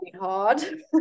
hard